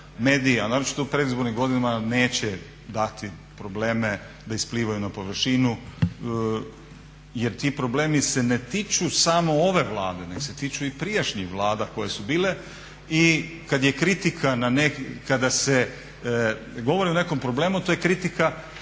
mediji a naročito u predizbornim godinama neće dati probleme da isplivaju na površinu jer ti problemi se ne tiču samo ove Vlade nego se tiču i prijašnjih Vlada koje su bile. I kada je kritika, kada se govori o nekakvom problemu, to je kritika